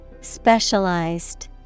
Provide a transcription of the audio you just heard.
Specialized